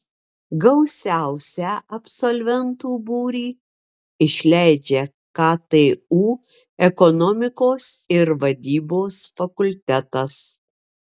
gausiausią absolventų būrį išleidžia ktu ekonomikos ir vadybos fakultetas